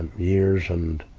years and